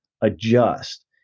adjust